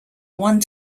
one